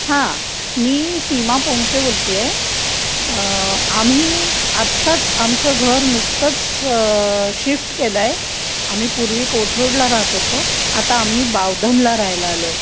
हां मी सीमा पोंक्षे बोलते आहे आम्ही आत्ताच आमचं घर नुकतंच शिफ्ट केलं आहे आम्ही पूर्वी कोथरुडला राहत होतो आता आम्ही बावधनला राहायला आलो आहे